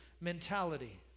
mentality